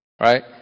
Right